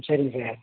சரிங்க சார்